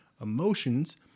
emotions